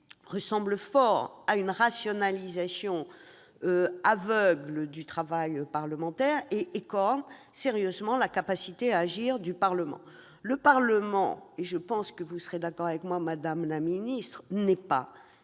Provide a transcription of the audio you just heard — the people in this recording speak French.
ressemblent fort à une rationalisation aveugle du travail parlementaire et écornent sérieusement la capacité à agir du Parlement. Le Parlement- je pense que vous en serez d'accord, madame la garde des sceaux